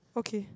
okay